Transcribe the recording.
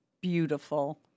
beautiful